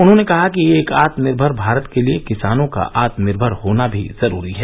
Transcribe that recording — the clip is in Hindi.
उन्होंने कहा कि एक आत्मनिर्भर भारत के लिए किसानों का आत्मनिर्भर होना भी जरूरी है